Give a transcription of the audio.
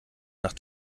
nach